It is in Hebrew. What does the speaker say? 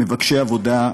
מבקשי עבודה,